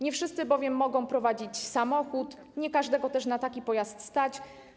Nie wszyscy mogą prowadzić samochód, nie każdego też na taki pojazd stać.